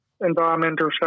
environmental